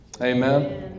Amen